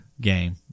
game